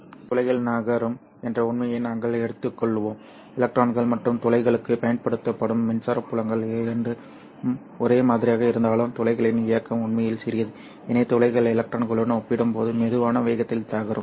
எனவே துளைகள் நகரும் என்ற உண்மையை நாங்கள் எடுத்துக்கொள்வோம் எலக்ட்ரான்கள் மற்றும் துளைகளுக்கு பயன்படுத்தப்படும் மின்சார புலங்கள் இரண்டும் ஒரே மாதிரியாக இருந்தாலும் துளைகளின் இயக்கம் உண்மையில் சிறியது எனவே துளைகள் எலக்ட்ரான்களுடன் ஒப்பிடும்போது மெதுவான வேகத்தில் நகரும்